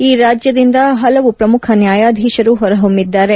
ಈ ರಾಜ್ಯದಿಂದ ಹಲವು ಪ್ರಮುಖ ನ್ಯಾಯಾಧೀಶರು ಹೊರಹೊಮ್ಬಿದ್ದಾರೆ